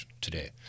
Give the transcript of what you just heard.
today